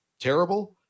terrible